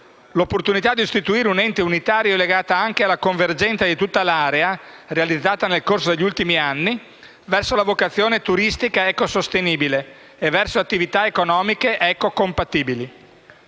L'opportunità di istituire un ente unitario è legata anche alla convergenza di tutta l'area - realizzatasi nel corso degli ultimi anni - verso la vocazione turistica ecosostenibile e verso attività economiche ecocompatibili.